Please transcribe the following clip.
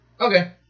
Okay